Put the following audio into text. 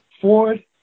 Ford